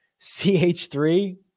CH3